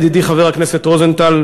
ידידי חבר הכנסת רוזנטל,